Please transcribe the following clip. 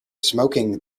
smoking